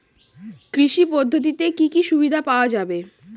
কৃষি পদ্ধতিতে কি কি সুবিধা পাওয়া যাবে?